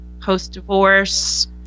post-divorce